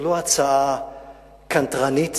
זו לא הצעה קנטרנית